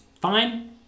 fine